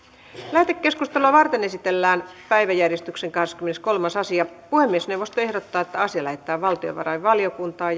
lähetekeskustelua varten esitellään päiväjärjestyksen kahdeskymmeneskolmas asia puhemiesneuvosto ehdottaa että asia lähetetään valtiovarainvaliokuntaan